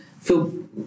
feel